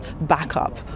backup